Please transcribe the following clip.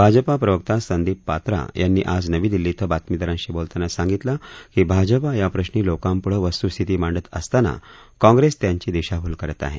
भाजपा प्रवक्ता संदीप पात्रा यांनी आज नवी दिल्ली इथं बातमीदारांशी बोलताना सांगितलं की भाजपा याप्रश्नी लोकांप्ढं वस्त्स्थिती मांडत असतांना काँग्रेस त्यांची दिशाभूल करत आहे